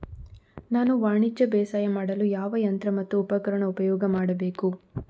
ನಾನು ವಾಣಿಜ್ಯ ಬೇಸಾಯ ಮಾಡಲು ಯಾವ ಯಂತ್ರ ಮತ್ತು ಉಪಕರಣ ಉಪಯೋಗ ಮಾಡಬೇಕು?